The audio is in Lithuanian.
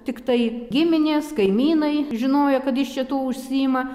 tiktai giminės kaimynai žinojo kad jis šitu užsiima